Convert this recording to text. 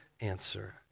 answer